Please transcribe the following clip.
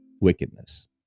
wickedness